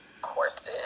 courses